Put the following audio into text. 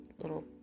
little